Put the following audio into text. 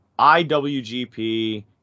IWGP